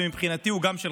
ומבחינתי הוא גם שלך,